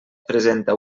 presenta